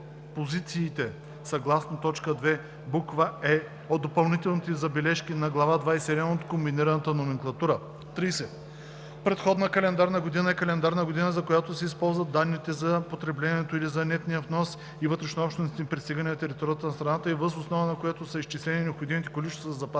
подпозициите съгласно т. 2, буква „е“ от допълнителните забележки на глава 27 от Комбинираната номенклатура. 30. „Предходна календарна година“ е календарната година, за която са използвани данните за потреблението или за нетния внос и вътрешнообщностните пристигания на територията на страната и въз основа на които са изчислени необходимите количества запаси,